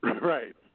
Right